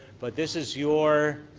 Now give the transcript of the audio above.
but this is your